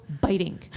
biting